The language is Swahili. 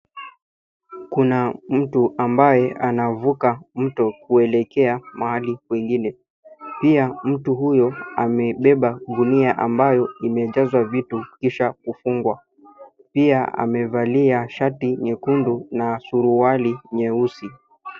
Kuna mtu ambaye anavuka mto kuelekea mahali kwengine. Pia mtu huyo amebeba gunia ambayo imejazwa vitu kisha kufungwa. Pia amevalia shati nyekundu na suruali nyeusi.